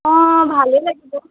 অ' ভালেই লাগিব